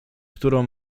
którą